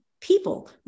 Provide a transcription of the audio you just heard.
people